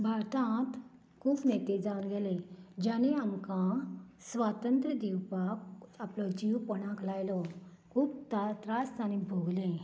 भारतांत खूब नेते जावन गेले ज्याने आमकां स्वातंत्र दिवपाक आपलो जीव कोणाक लायलो खूब ता त्रास ताणे भोगलें